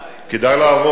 כדאי לעבוד.